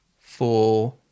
four